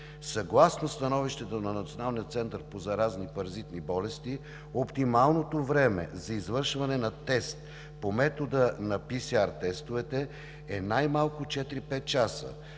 Съгласно становището на Националния център по заразни и паразитни болести оптималното време за извършване на тест по метода на PCR-тестовете е най-малко